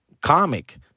comic